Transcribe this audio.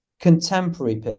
contemporary